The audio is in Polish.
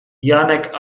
janek